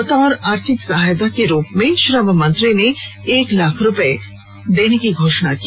बतौर आर्थिक सहायता के रूप में श्रम मंत्री ने एक लाख रुपए देने की घोषणा की